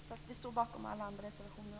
Vi står också bakom alla våra andra reservationer.